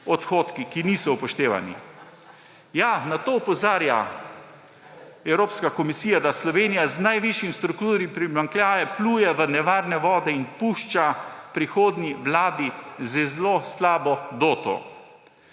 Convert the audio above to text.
odhodki, ki niso upoštevani. Na to opozarja Evropska komisija – da Slovenija z najvišjim strukturnim primanjkljajem pluje v nevarne vode in pušča prihodnji vladi zelo slabo doto.